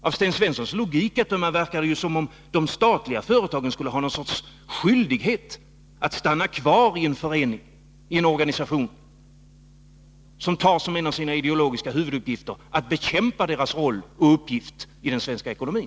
Av Sten Svenssons logik att döma verkar det som om de statliga företagen skulle ha någon sorts skyldighet att stanna kvar i en organisation som tar som en av sina ideologiska huvuduppgifter att bekämpa dessa företags roll och uppgift i den svenska ekonomin.